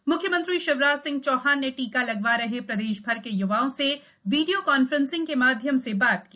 म्ख्यमंत्री शिवराज सिंह चौहान ने टीका लगवा रहे प्रदेश भर के युवाओं से वीडियो कांफ्रेंसिंग के माध्यम से बात की